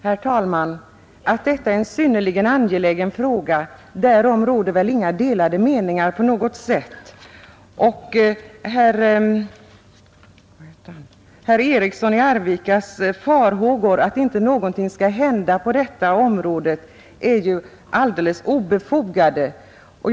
Herr talman! Att detta är en synnerligen angelägen fråga, därom råder väl inga delade meningar. Herr Erikssons i Arvika farhågor att inte någonting skall hända på detta område är alldeles obefogade.